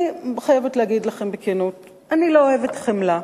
אני חייבת להגיד לכם בכנות, אני לא אוהבת חמלה,